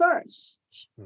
first